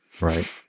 Right